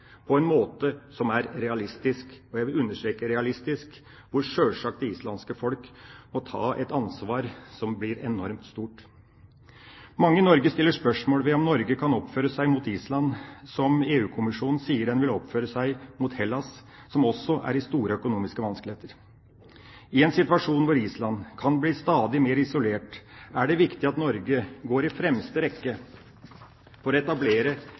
på en måte som er realistisk – og jeg vil understreke realistisk – hvor det islandske folk sjølsagt må ta et ansvar som blir enormt stort. Mange i Norge stiller spørsmål ved om Norge kan oppføre seg mot Island som EU-kommisjonen sier den vil oppføre seg mot Hellas, som også er i store økonomiske vanskeligheter. I en situasjon hvor Island kan bli stadig mer isolert, er det viktig at Norge går i fremste rekke for å etablere